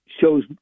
shows